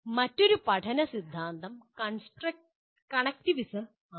മറ്റൊരു പഠന സിദ്ധാന്തം "കണക്റ്റിവിസം" ആണ്